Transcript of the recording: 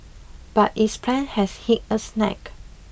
but its plan has hit a snag